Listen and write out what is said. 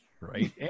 Right